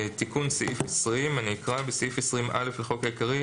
תיקון סעיף 20. אני אקרא: תיקון סעיף 20 19א. בסעיף 20(א) לחוק העיקרי,